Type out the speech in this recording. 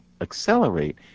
accelerate